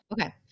Okay